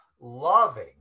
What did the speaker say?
loving